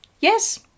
Yes